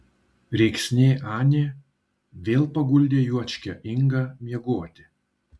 rėksnė anė vėl paguldė juočkę ingą miegoti